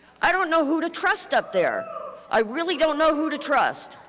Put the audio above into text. i don't know who to trust up there. i really don't know who to trust.